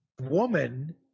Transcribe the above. woman